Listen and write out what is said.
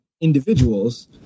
individuals